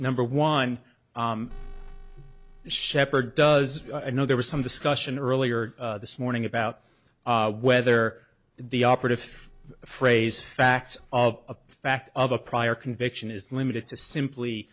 number one shepherd does i know there was some discussion earlier this morning about whether the operative phrase facts of a fact of a prior conviction is limited to simply